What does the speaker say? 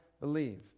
believe